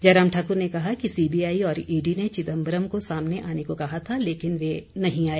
जयराम ठाकुर ने कहा कि सीबीआई और ईडी ने चिदंबरम को सामने आने को कहा था लेकिन वे नहीं आए